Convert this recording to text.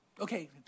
Okay